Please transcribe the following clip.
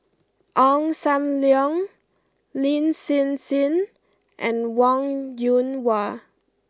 Ong Sam Leong Lin Hsin Hsin and Wong Yoon Wah